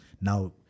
Now